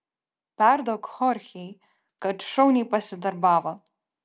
perduok chorchei kad šauniai pasidarbavo